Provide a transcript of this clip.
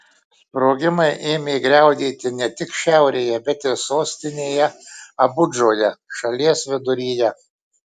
sprogimai ėmė griaudėti ne tik šiaurėje bet ir sostinėje abudžoje šalies viduryje